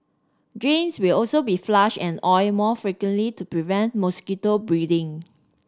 drains will also be flushed and oiled more frequently to prevent mosquito breeding